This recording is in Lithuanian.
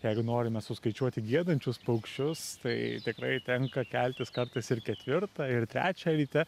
jeigu norime suskaičiuoti giedančius paukščius tai tikrai tenka keltis kartais ir ketvirtą ir trečią ryte